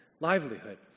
livelihood